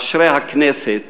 אשרי הכנסת